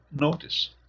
notice